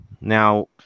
Now